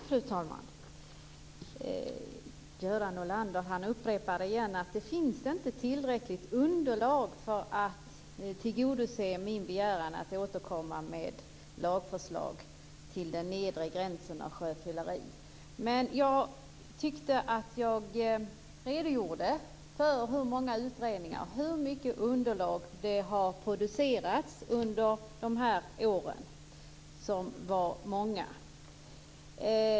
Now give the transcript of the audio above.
Fru talman! Göran Norlander upprepar igen att det inte finns tillräckligt underlag för att tillgodose min begäran att återkomma med lagförslag om en nedre promillegräns för sjöfylleri. Jag tyckte att jag redogjorde för att det har gjorts många utredningar och producerats mycket underlag under de här åren.